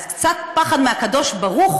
אז קצת פחד מהקדוש-ברוך-הוא.